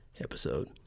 episode